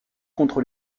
contre